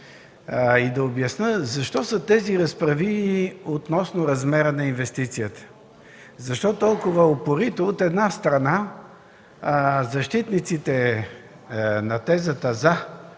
и да обясня защо са тези разправии относно размера на инвестицията, защо толкова упорито, от една страна, защитниците на тезата „за”